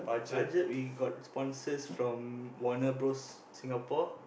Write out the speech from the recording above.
budget we got sponsors from Warner-Bros Singapore